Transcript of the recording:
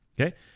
Okay